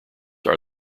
are